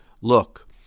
Look